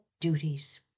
duties